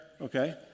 okay